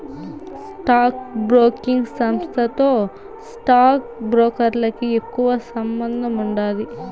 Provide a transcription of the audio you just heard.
stock broking సంస్థతో stock బ్రోకర్లకి ఎక్కువ సంబందముండాది